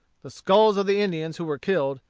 the skulls of the indians who were killed,